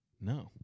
No